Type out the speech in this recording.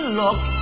look